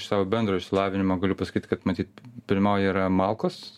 iš savo bendro išsilavinimo galiu pasakyt kad matyt pirmauja yra malkos